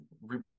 right